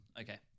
Okay